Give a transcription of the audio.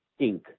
Inc